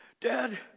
Dad